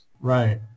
Right